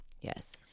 Yes